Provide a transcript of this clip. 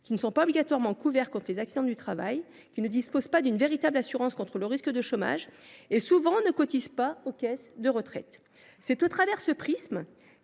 qui ne sont pas obligatoirement couverts contre les accidents du travail, qui ne disposent pas d’une véritable assurance contre le risque de chômage et qui, souvent, ne cotisent pas aux caisses de retraite. C’est à travers ce prisme